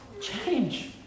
change